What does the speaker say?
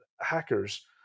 hackers